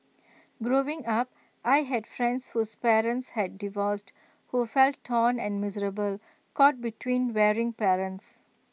growing up I had friends whose parents had divorced who felt torn and miserable caught between warring parents